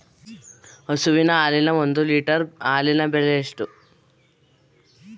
ಹಸುವಿನ ಹಾಲಿನ ಒಂದು ಲೀಟರ್ ಹಾಲಿನ ಬೆಲೆ ಎಷ್ಟು?